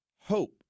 hope